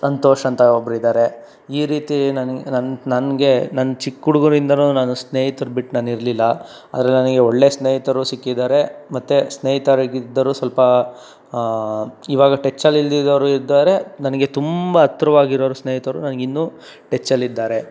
ಸಂತೋಷ್ ಅಂತ ಒಬ್ರಿದ್ದಾರೆ ಈ ರೀತಿ ನನ್ಗೆ ನನ್ನ ನನಗೆ ನಾನು ಚಿಕ್ಕ ಹುಡ್ಗ್ನಿಂದನೂ ನಾನು ಸ್ನೇಹಿತರ ಬಿಟ್ಟು ನಾನು ಇರಲಿಲ್ಲ ಆದರೆ ನನಗೆ ಒಳ್ಳೆಯ ಸ್ನೇಹಿತರೂ ಸಿಕ್ಕಿದ್ದಾರೆ ಮತ್ತು ಸ್ನೇಹಿತರಾಗಿದ್ದರೂ ಸ್ವಲ್ಪ ಇವಾಗ ಟಚಲ್ಲಿ ಇಲ್ಲದಿದ್ದವ್ರೂ ಇದ್ದಾರೆ ನನಗೆ ತುಂಬ ಹತ್ರವಾಗಿರೋರು ಸ್ನೇಹಿತರು ನನಗೆ ಇನ್ನೂ ಟಚಲ್ಲಿ ಇದ್ದಾರೆ